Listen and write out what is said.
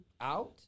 Out